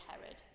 Herod